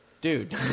dude